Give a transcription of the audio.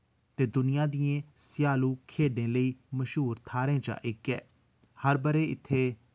ते दुनिया दियें स्यालू खेडें लेई मश्हूर थाह्रें चा इक ऐ हर ब'रे इत्थै